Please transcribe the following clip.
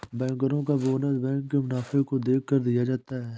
बैंकरो का bonus bank के मुनाफे को देखकर दिया जाता है